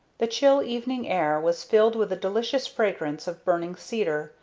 the chill evening air was filled with a delicious fragrance of burning cedar,